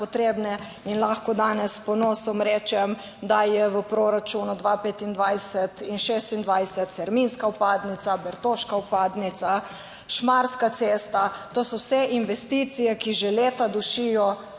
In lahko danes s ponosom rečem, da je v proračunu 2025 in 2026 terminska vpadnica, bertoška vpadnica, Šmarska cesta. To so vse investicije, ki že leta dušijo